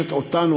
מביישת אותנו,